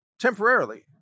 temporarily